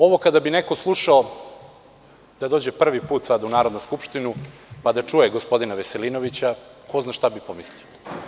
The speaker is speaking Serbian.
Ovo kada bi neko slušao da dođe prvi put u Narodnu skupštinu pa da čuje gospodina Veselinovića ko zna šta bi pomislio.